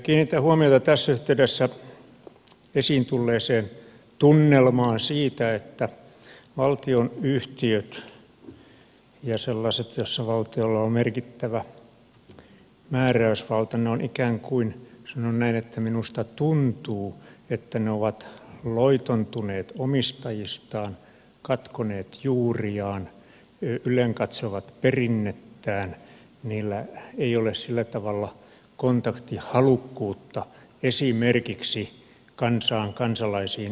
kiinnitän huomiota tässä yhteydessä esiin tulleeseen tunnelmaan siitä että valtionyhtiöt ja sellaiset joissa valtiolla on merkittävä määräysvalta ovat ikään kuin sanon näin että minusta tuntuu että ne ovat loitontuneet omistajistaan katkoneet juuriaan ylenkatsovat perinnettään niillä ei ole sillä tavalla kontaktihalukkuutta esimerkiksi kansaan kansalaisiin eduskuntaan